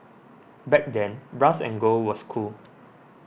back then brass and gold was cool